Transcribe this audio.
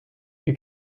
you